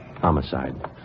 Homicide